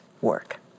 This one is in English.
work